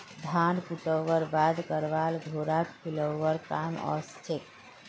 धान कुटव्वार बादे करवान घोड़ाक खिलौव्वार कामत ओसछेक